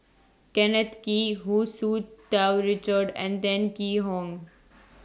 Kenneth Kee Hu Tsu Tau Richard and Tan Yee Hong